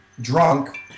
drunk